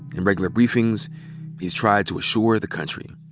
in regular briefings he's tried to assure the country.